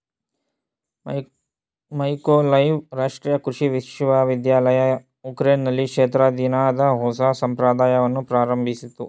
Mykolaiv ರಾಷ್ಟ್ರೀಯ ಕೃಷಿ ವಿಶ್ವವಿದ್ಯಾಲಯವು ಉಕ್ರೇನ್ನಲ್ಲಿ ಕ್ಷೇತ್ರ ದಿನದ ಹೊಸ ಸಂಪ್ರದಾಯವನ್ನು ಪ್ರಾರಂಭಿಸಿತು